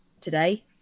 today